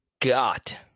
got